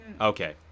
Okay